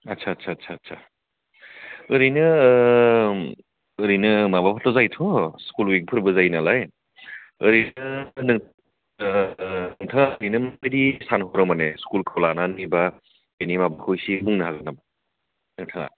आदसा आदसा आदसा आदसा ओरैनो ओरैनो माबाफोरबो जायोथ' स्कुल विकफोरबो जायो नालाय ओरैनो नोंथाङा ओरैनो माबादि सानहरो माने स्कुलखौ लानानै बा बेनि माबाखौ एसे बुंनो हागोन नामा नोंथाङा